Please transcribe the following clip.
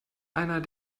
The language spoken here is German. einer